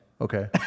Okay